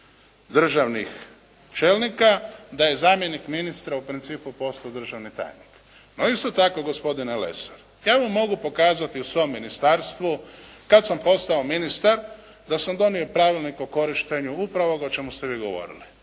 državnih čelnika da je zamjenik ministra u principu postao državni tajnik. No, isto tako gospodine Lesar, ja vam mogu pokazati u svom ministarstvu kada sam postao ministar da sam donio pravilnik o korištenju upravo ovoga o čemu ste vi govorili